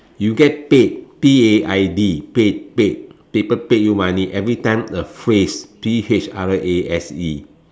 you get paid P A I D paid paid people pay you money every time a phrase P H R A S E